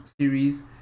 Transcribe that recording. series